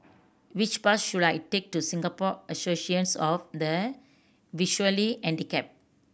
which bus should I take to Singapore Association of the Visually Handicapped